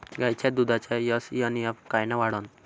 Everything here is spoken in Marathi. गायीच्या दुधाचा एस.एन.एफ कायनं वाढन?